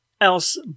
else